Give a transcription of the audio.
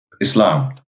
Islam